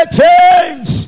change